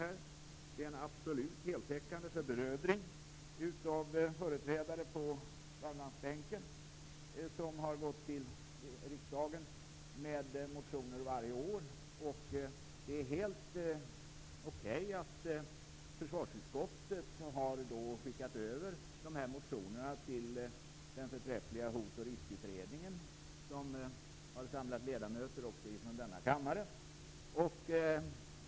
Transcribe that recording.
Det är en absolut heltäckande förbrödring av företrädare på Värmlandsbänken, som har väckt motioner till riksdagen varje år. Det är helt okej att försvarsutskottet har skickat över dessa motioner den förträffliga Hot och riskutredningen, som har samlat ledamöter också från denna kammare.